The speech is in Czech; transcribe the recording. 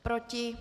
Proti?